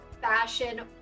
fashion